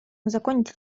узаконить